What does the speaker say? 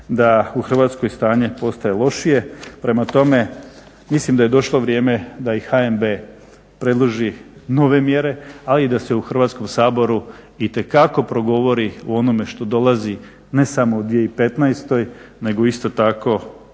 da u Hrvatskoj stanje postaje lošije. Prema tome mislim da je došlo da i HNB predloži nove mjere a i da se u Hrvatskom saboru itekako progovori o onome što dolazi ne samo u 2015.nego isto tako